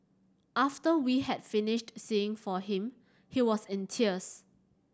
after we had finished singing for him he was in tears